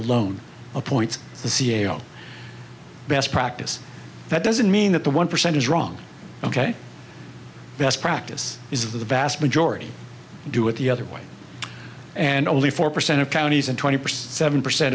alone appoints the c e o best practice that doesn't mean that the one percent is wrong ok best practice is of the vast majority do it the other way and only four percent of counties and twenty percent seven percent